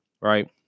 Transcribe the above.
right